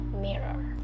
mirror